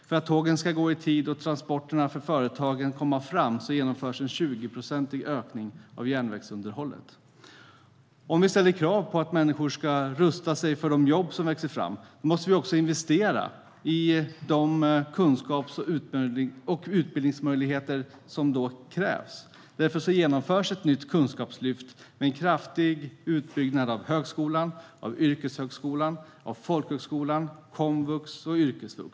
För att tågen ska gå i tid och företagens transporter komma fram genomförs nu en 20-procentig ökning av järnvägsunderhållet. Om vi ställer krav på att människor ska rusta sig inför de jobb som växer fram måste vi också investera i de kunskaps och utbildningsmöjligheter som krävs. Därför genomförs ett nytt kunskapslyft med en kraftig utbyggnad av högskolan, yrkeshögskolan, folkhögskolan samt komvux och yrkesvux.